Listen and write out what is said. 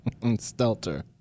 Stelter